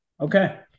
Okay